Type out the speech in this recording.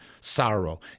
sorrow